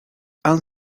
han